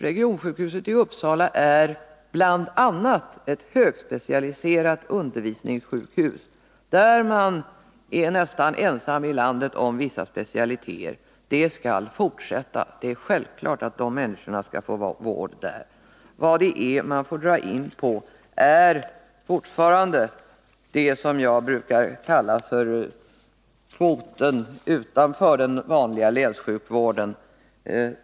Regionsjukhuset i Uppsala är bl.a. ett högspecialiserat undervisningssjukhus, där man är nästan ensam i landet om vissa specialiteter. Den verksamheten skall fortsätta. Det är självklart att de människor som behöver den vården skall få den där. Vad man får dra in på är det som jag brukar kalla för kvoten utanför den vanliga länssjukvården.